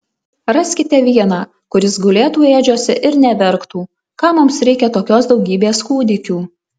raskite vieną kuris gulėtų ėdžiose ir neverktų kam mums reikia tokios daugybės kūdikių